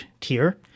tier